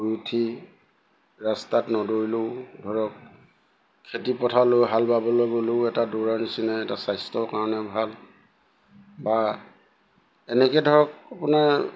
শুই উঠি ৰাস্তাত নদৰিলেও ধৰক খেতিপথাৰ লৈ হাল বাবলৈ গ'লেও এটা দৌৰা নিচিনাই এটা স্বাস্থ্যৰ কাৰণে ভাল বা এনেকৈ ধৰক আপোনাৰ